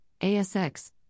ASX